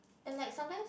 and like sometimes